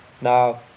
Now